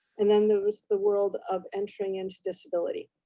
and then there was the world of entering into disability.